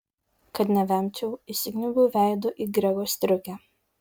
kad nevemčiau įsikniaubiau veidu į grego striukę